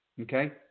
Okay